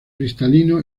cristalino